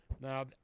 Now